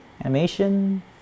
animation